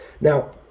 Now